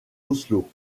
oslo